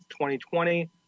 2020